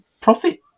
profit